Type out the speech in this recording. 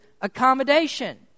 accommodation